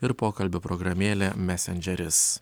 ir pokalbių programėlė mesendžeris